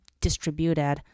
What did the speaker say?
distributed